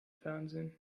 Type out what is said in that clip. fernsehen